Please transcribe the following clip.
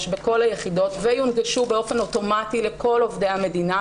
בכל היחידות ויונגשו באופן אוטומטי לכל עובדי המדינה,